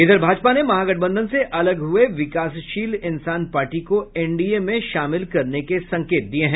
इधर भाजपा ने महागठबंधन से अलग हुए विकासशील इंसान पार्टी को एनडीए में शामिल करने के संकेत दिये हैं